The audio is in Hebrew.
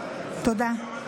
תודה.